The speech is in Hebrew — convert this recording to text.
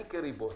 אני כריבון,